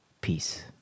Peace